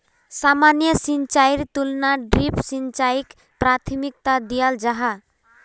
सामान्य सिंचाईर तुलनात ड्रिप सिंचाईक प्राथमिकता दियाल जाहा